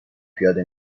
پیاده